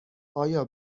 آیا